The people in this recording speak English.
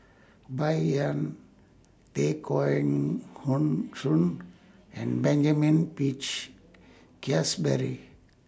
Bai Yan Tay Kheng Hoon Soon and Benjamin Peach Keasberry